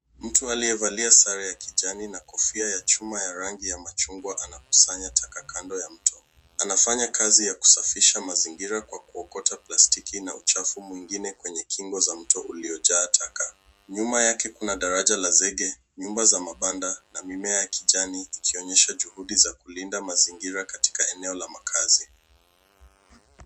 Mtu aliyevalia sare ya kijani na kofia ya chuma ya rangi ya machungwa anakusanya taka kando ya mto. Anafanya kazi ya kusafisha mazingira kwa kuokota plastiki na uchafu mwingine kwenye kingo za mto uliojaa taka. Nyuma yake kuna daraja la zege, nyumba za mabanda na mimea ya kijani ikionyesha juhudi za kulinda mazingira katika eneo la makazi